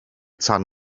tan